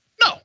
No